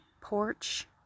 porch